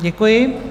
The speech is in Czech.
Děkuji.